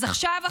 אז עכשיו,